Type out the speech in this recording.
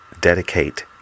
dedicate